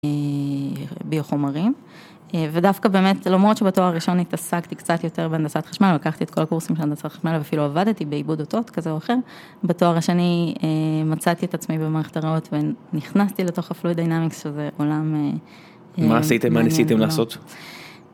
אאהה ביו-חומרים ודווקא באמת למרות שבתואר ראשון התעסקתי קצת יותר בהנדסת חשמל, לקחתי את כל הקורסים של הנדסת חשמל ואפילו עבדתי באיבוד אותות כזה או אחר, בתואר השני מצאתי את עצמי במערכת הרעות ונכנסתי לתוך הפלואי דיינאמיקס שזה עולם. מה עשיתם, מה ניסיתם לעשות?